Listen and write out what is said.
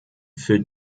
für